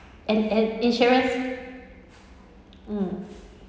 and and insurance mm